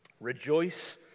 rejoice